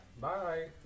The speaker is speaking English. bye